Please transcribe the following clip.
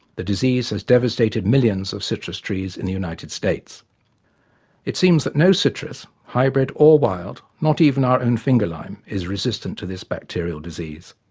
the disease has devastated millions of citrus trees in the united states it seems that no citrus, hybrid or wild not even our own finger-lime is resistant to this bacterial disease.